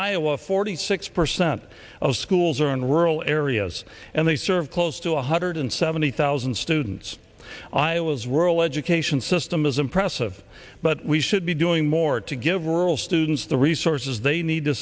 iowa forty six percent of schools are in rural areas and they serve close to one hundred seventy thousand students iowa's rural education system is impressive but we should be doing more to give rural students the resources they need to